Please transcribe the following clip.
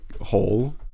hole